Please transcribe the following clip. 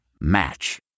Match